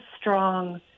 strong